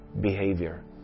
behavior